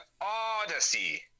Odyssey